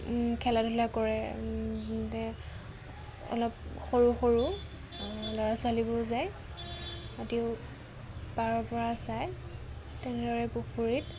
খেলা ধূলা কৰে অলপ সৰু সৰু ল'ৰা ছোৱালীবোৰ যায় সিহঁতিও পাৰৰ পৰা চায় তেনেদৰে পুখুৰীত